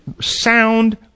sound